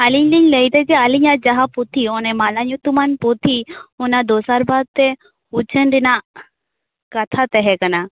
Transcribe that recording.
ᱟᱹᱞᱤᱧ ᱞᱤᱧ ᱞᱟ ᱭᱮᱫᱟ ᱡᱮ ᱟᱹᱞᱤᱧᱟᱜ ᱡᱟᱦᱟᱸ ᱯᱩᱛᱷᱤ ᱚᱱᱮ ᱢᱟᱞᱟ ᱧᱩᱛᱩᱢᱟᱱ ᱯᱩᱛᱷᱤ ᱚᱱᱟ ᱫᱚᱥᱟᱨ ᱫᱷᱟᱣᱛᱮ ᱩᱪᱷᱟ ᱱ ᱨᱮᱱᱟᱜ ᱠᱟᱛᱷᱟ ᱛᱟᱦᱮᱸᱠᱟᱱᱟ